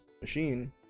machine